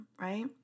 right